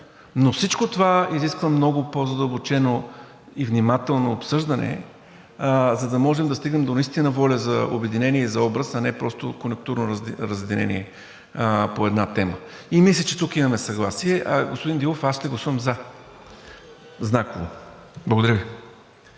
Всичко това обаче изисква много по-задълбочено и внимателно обсъждане, за да можем да стигнем наистина до воля за обединение и образ, а не просто конюнктурно разединение по една тема. И мисля, че тук имаме съгласие. Господин Дилов, аз ще гласувам за – знаково. Благодаря Ви.